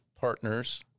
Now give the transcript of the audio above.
partners